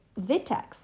vitex